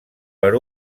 per